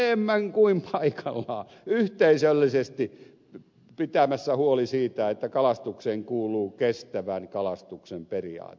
siis eu on enemmän kuin paikallaan yhteisöllisesti pitämässä huolen siitä että kalastukseen kuuluu kestävän kalastuksen periaate